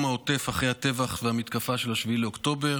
העוטף אחרי הטבח והמתקפה של 7 באוקטובר,